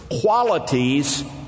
qualities